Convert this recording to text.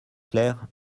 claire